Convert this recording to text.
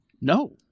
No